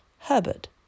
Herbert